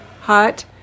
hot